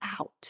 out